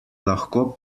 lahko